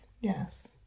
Yes